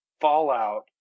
Fallout